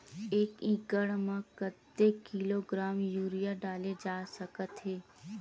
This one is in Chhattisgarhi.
एक एकड़ म कतेक किलोग्राम यूरिया डाले जा सकत हे?